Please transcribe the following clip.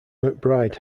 mcbride